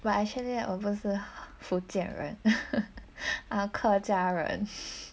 but actually 我不是福建人 I'm a 客家人